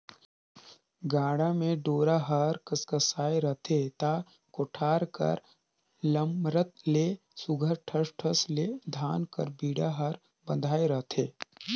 गाड़ा म डोरा हर कसकसाए रहथे ता कोठार कर लमरत ले सुग्घर ठस ठस ले धान कर बीड़ा हर बंधाए रहथे